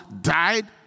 died